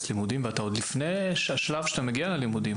לימודים ואתה עוד לפני שהשלב שאתה מגיע ללימודים,